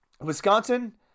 Wisconsin